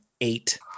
eight